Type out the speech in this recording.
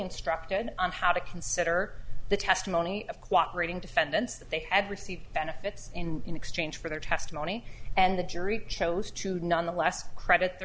instructed on how to consider the testimony of cooperating defendants that they had received benefits in exchange for their testimony and the jury chose to nonetheless credit